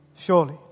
Surely